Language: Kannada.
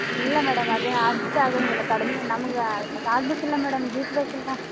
ಇಲ್ಲ ಮೇಡಮ್ ಅದು ಅಷ್ಟು ಆಗೋಂಗಿಲ್ಲ ಕಡಿಮೆ ನಮ್ಗೆ ಆಗಬೇಕಲ್ಲ ಮೇಡಮ್ ಗಿಟ್ ಬೇಕಲ್ಲ